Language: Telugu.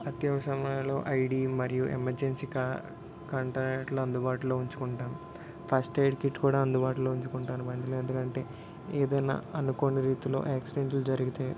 అత్యవసమయాల్లో ఐడీ మరియు ఎమర్జెన్సీ కా కాంటాక్ట్లందుబాటులో ఉంచుకుంటాను ఫస్ట్ ఎయిడ్ కిట్టు కూడా అందుబాటులో ఉంచుకుంటాను బండిలో ఎందుకంటే ఏదైనా అనుకోని రీతిలో యాక్సిడెంట్లు జరిగితే